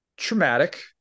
Traumatic